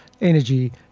energy